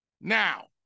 now